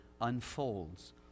Unfolds